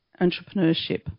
entrepreneurship